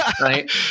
Right